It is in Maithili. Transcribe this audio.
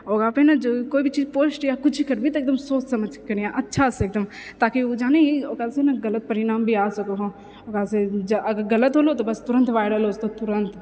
ओकरापर ने जो भी कोइ पोस्ट या किछु भी करबीही तऽ एकदम सोच समझिके करिहऽ अच्छासे एकदम ताकि ओ जानि ओकरासँ गलत परिणाम भी आ सकै हो ओकरासँ अगर गलत होलो तऽ बस तुरन्त वायरल हो जेतौ तुरन्त